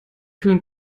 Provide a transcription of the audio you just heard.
kühlen